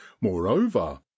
moreover